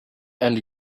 and